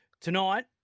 Tonight